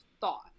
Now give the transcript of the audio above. thought